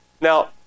Now